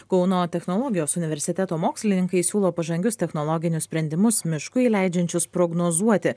kauno technologijos universiteto mokslininkai siūlo pažangius technologinius sprendimus miškui leidžiančius prognozuoti